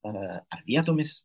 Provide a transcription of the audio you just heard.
o ne vietomis